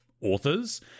authors